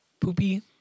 Poopy